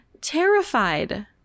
terrified